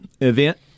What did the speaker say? event